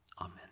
amen